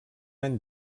any